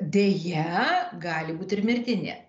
deja gali būti ir mirtini